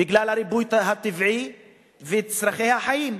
בגלל הריבוי הטבעי וצורכי החיים,